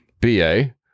BA